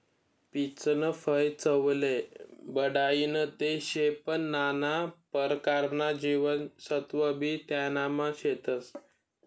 पीचनं फय चवले बढाईनं ते शे पन नाना परकारना जीवनसत्वबी त्यानामा शेतस